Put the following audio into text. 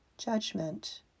Judgment